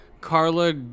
Carla